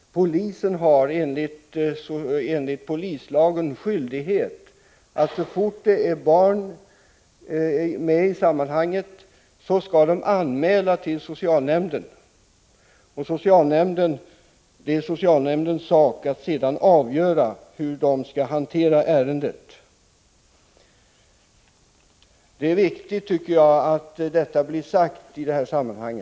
Polisen har enligt polislagen skyldighet att så fort barn är med i sammanhanget anmäla detta till socialnämnden. Det är sedan socialnämndens uppgift att avgöra hur ärendet skall hanteras. Det är viktigt att detta blir sagt i detta sammanhang.